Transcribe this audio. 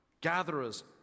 Gatherers